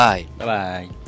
Bye-bye